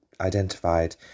identified